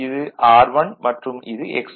இது R1 மற்றும் இது X1